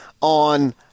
on